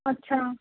اچھا